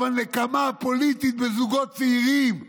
אבל נקמה פוליטית בזוגות צעירים,